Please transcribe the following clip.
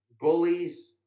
bullies